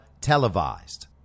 televised